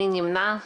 מי נמצע?